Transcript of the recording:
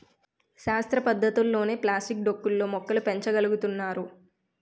శాస్త్ర పద్ధతులతోనే ప్లాస్టిక్ డొక్కు లో మొక్కలు పెంచ గలుగుతున్నారు